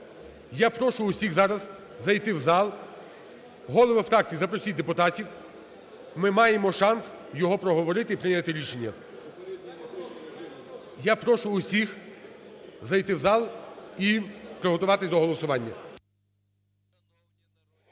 Я прошу усіх зараз зайти в зал. Голови фракцій, запросіть депутатів. Ми маємо шанс його проговорити і прийняти рішення. Я прошу усіх зайти в зал і приготуватися до голосування.